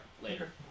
later